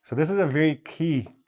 so this is a very key